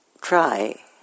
try